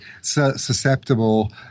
susceptible